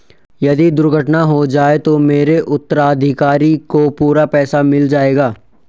यदि दुर्घटना हो जाये तो मेरे उत्तराधिकारी को पूरा पैसा मिल जाएगा?